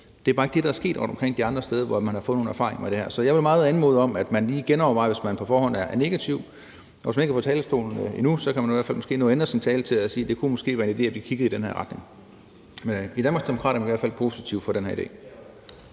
at det bare ikke er det, der er sket rundtomkring på de andre steder, hvor man har fået nogle erfaringer med det her. Så jeg vil meget anmode om, at man lige genovervejer, hvis man på forhånd er negativ. Og hvis man ikke har været på talerstolen endnu, kan man i hvert fald nå at ændre sin tale til at sige: Det kunne måske være en idé, at vi kiggede i den her retning. I Danmarksdemokraterne er vi i hvert fald positive over for den her idé.